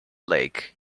lake